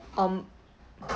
um